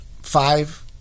Five